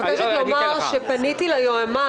פניתי ליועמ"ש.